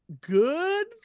good